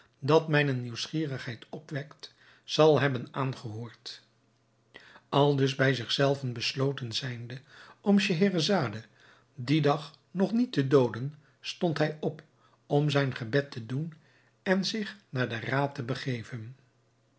dat mijne nieuwsgierigheid opwekt zal hebben aangehoord aldus bij zich zelven besloten zijnde om scheherazade dien dag nog niet te dooden stond hij op om zijn gebed te doen en zich naar den raad te begeven